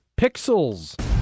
Pixels